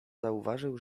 zauważył